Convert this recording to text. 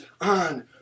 on